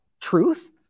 truth